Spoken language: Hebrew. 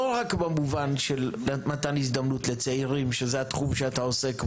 לא רק במובן של מתן הזדמנות לצעירים שזה התחום שאתה עוסק בו,